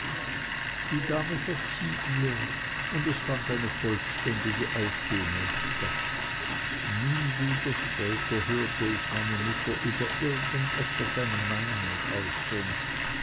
die dame verzieh ihr und es fand eine vollständige aussöhnung statt nie wieder später hörte ich meine mutter über irgend etwas eine meinung äußern